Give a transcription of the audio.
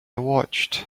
watched